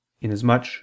inasmuch